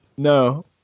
No